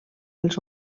els